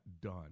done